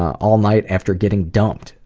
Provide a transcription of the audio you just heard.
all night after getting dumped.